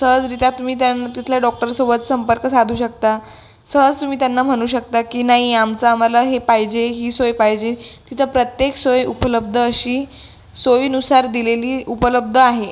सहजरित्या तुम्ही त्यान् तिथल्या डॉक्टर सोबत संपर्क साधू शकता सहज तुम्ही त्यांना म्हणू शकता की नाही आमचं आम्हाला हे पाहिजे ही सोय पाहिजे तिथं प्रत्येक सोय उपलब्ध अशी सोयीनुसार दिलेली उपलब्ध आहे